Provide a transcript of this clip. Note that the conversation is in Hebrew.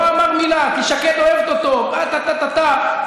לא אמר מילה, כי שקד אוהבת אותו, טה טה טה טה.